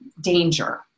danger